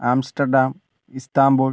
Amsterdam Istanbul